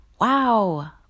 Wow